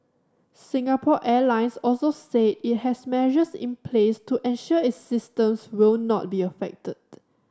Singapore Airlines also said it has measures in place to ensure its systems will not be affected